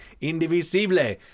indivisible